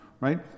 right